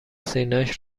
سینهاش